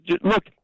look